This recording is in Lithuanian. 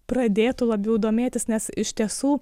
pradėtų labiau domėtis nes iš tiesų